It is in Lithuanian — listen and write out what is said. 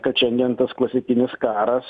kad šiandien tas klasikinis karas